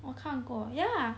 我看过 ya